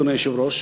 אדוני היושב-ראש,